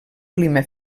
clima